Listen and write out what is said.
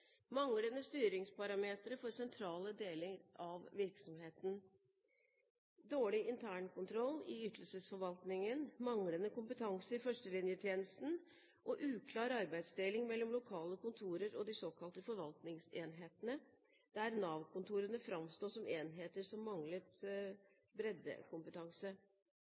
manglende styringsparametere for sentrale deler av virksomheten, dårlig internkontroll i ytelsesforvaltningen, manglende kompetanse i førstelinjetjenesten og uklar arbeidsdeling mellom lokale kontorer og de såkalte forvaltningsenhetene der Nav-kontorene framsto som enheter som manglet breddekompetanse.